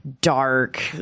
dark